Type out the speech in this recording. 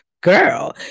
girl